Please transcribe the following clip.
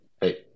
Hey